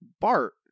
Bart